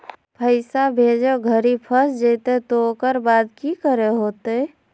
पैसा भेजे घरी फस जयते तो ओकर बाद की करे होते?